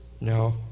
no